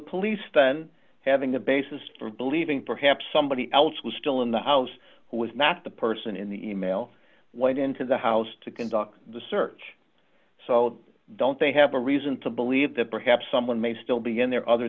police then having a basis for believing perhaps somebody else was still in the house who was not the person in the e mail went into the house to conduct the search so don't they have a reason to believe that perhaps someone may still be in there other